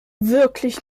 wirklich